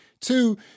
two